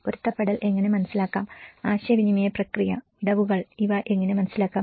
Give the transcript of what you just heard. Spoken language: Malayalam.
പൊരുത്തപ്പെടുത്തൽ എങ്ങനെ മനസ്സിലാക്കാം ആശയവിനിമയ പ്രക്രിയ വിടവുകൾ ഇവ എങ്ങനെ മനസ്സിലാക്കാം